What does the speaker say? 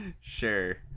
Sure